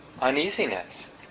uneasiness